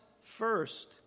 first